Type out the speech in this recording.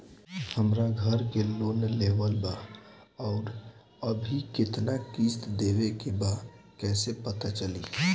हमरा घर के लोन लेवल बा आउर अभी केतना किश्त देवे के बा कैसे पता चली?